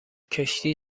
کشتی